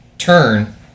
turn